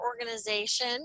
organization